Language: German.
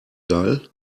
geil